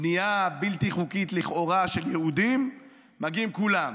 בנייה בלתי חוקית לכאורה של יהודים, מגיעים כולם,